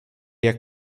jak